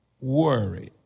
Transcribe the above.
worry